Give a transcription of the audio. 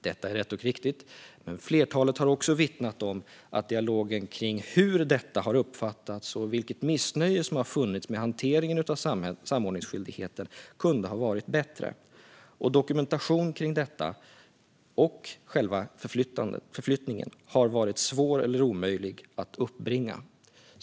Detta är rätt och riktigt, men flertalet har också vittnat om att dialogen kring hur detta har uppfattats och vilket missnöje som har funnits med hanteringen av samordningsskyldigheten kunde ha varit bättre. Dokumentation om detta och själva förflyttningen har varit svår eller omöjlig att uppbringa.